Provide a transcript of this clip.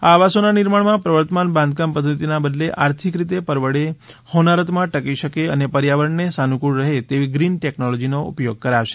આ આવાસોના નિર્માણમાં પ્રવર્તમાન બાંધકામ પધ્ધતિના બદલે આર્થિક રીતે પરવડે હોનારતોમાં ટકી શકે અને પર્યાવરણને સાનુકૂળ રહે તેવી ગ્રીન ટેકનોલોજીનો ઉપયોગ કરાશે